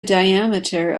diameter